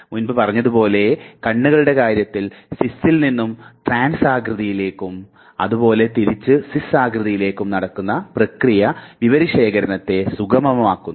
മുൻപ് പറഞ്ഞതുപോലെ കണ്ണുകളുടെ കാര്യത്തിൽ സിസിൽ നിന്നും ട്രാൻസ് ആകൃതിയിലേക്കും അതുപോലെ തിരിച്ച് സിസ് ആകൃതിയിലേക്കും നടക്കുന്ന പ്രക്രിയ വിവരശേഖരണത്തെ സുഗമമാക്കുന്നു